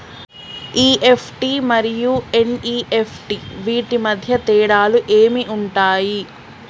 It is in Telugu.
ఇ.ఎఫ్.టి మరియు ఎన్.ఇ.ఎఫ్.టి వీటి మధ్య తేడాలు ఏమి ఉంటాయి?